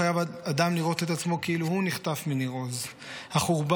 חייב אדם לראות את עצמו כאילו הוא נחטף מניר עוז / החורבן,